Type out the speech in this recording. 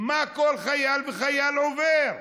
מה כל חייל וחייל עובר,